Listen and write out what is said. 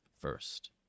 first